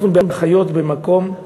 אנחנו באחיות במקום,